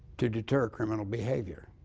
to deter criminal behavior.